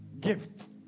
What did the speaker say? gift